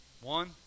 one